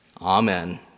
Amen